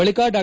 ಬಳಿಕ ಡಾ